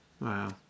Wow